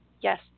Yes